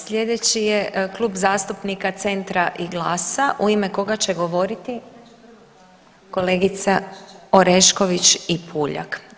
Slijedeći je Klub zastupnika Centra i GLAS-a u ime koga će govoriti kolegica Orešković i Puljak.